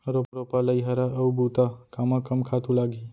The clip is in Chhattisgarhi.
रोपा, लइहरा अऊ बुता कामा कम खातू लागही?